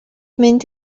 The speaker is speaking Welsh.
mynd